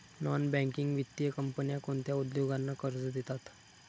Non banking वित्तीय कंपन्या कोणत्या उद्योगांना कर्ज देतात?